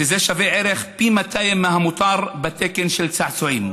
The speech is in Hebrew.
וזה שווה ערך לפי-200 מהמותר בתקן של צעצועים.